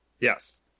Yes